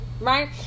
right